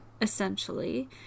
essentially